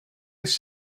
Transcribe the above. ist